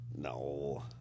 No